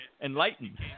enlightened